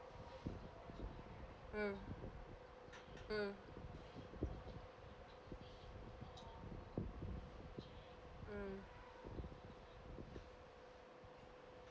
mm mm mm